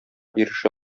ирешә